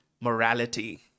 morality